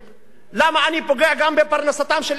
למה אני פוגע גם בפרנסתם של אלה שעובדים,